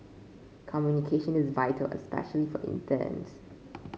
communication is vital especially for interns